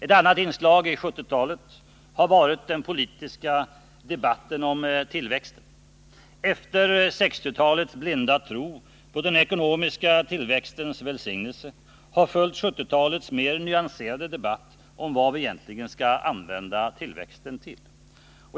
Ett annat inslag under 1970-talet har varit den politiska debatten om tillväxten. Efter 1960-talets blinda tro på den ekonomiska tillväxtens välsignelse har följt 1970-talets mer nyanserade debatt om vad vi egentligen skall använda tillväxten till.